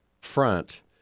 front